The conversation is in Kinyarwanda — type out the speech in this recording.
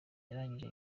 yarangije